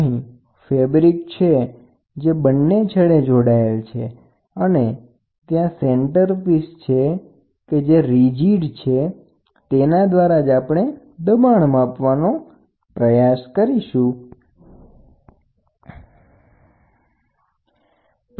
અહી કાપડ છે જે ત્યાં બંને છેડે જોડાયેલ છે અને ત્યાં સેન્ટર પીસ છે કે જે રીજીડ છે તેના દ્વારા જ આપણે દબાણ માપવાનો પ્રયાસ કરી શકીએ છે